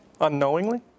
Unknowingly